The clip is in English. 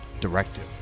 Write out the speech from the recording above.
directive